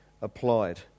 applied